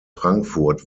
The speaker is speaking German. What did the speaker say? frankfurt